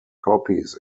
copies